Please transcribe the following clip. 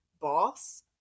boss